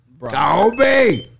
Kobe